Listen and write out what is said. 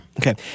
Okay